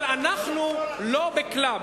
אבל אנחנו לא בקלאב.